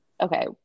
okay